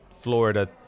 Florida